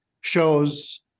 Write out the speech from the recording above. shows